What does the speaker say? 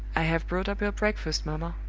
i have brought up your breakfast, mamma.